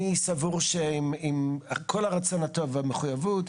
אני סבור שעם כל הרצון הטוב והמחויבות,